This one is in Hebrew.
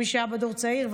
מי שהיה בדור צעיר,